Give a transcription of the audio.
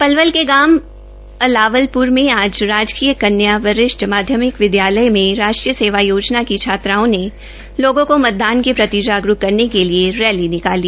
पलवल के गांव अलावलप्र में आज राजकीय कन्या वरिष्ठ माध्यमिक विद्यालय में राष्ट्रीय सेवा योजना के छात्राओं ने लोगों को मतदान के प्रति जागरूक करने के लिए रैली निकाली